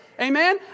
Amen